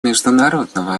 международного